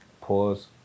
Pause